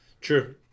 True